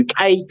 UK